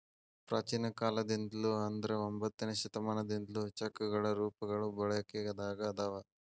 ಪ್ರಾಚೇನ ಕಾಲದಿಂದ್ಲು ಅಂದ್ರ ಒಂಬತ್ತನೆ ಶತಮಾನದಿಂದ್ಲು ಚೆಕ್ಗಳ ರೂಪಗಳು ಬಳಕೆದಾಗ ಅದಾವ